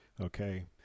Okay